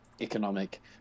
economic